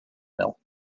mill